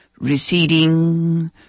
receding